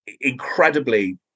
incredibly